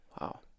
Wow